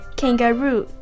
kangaroo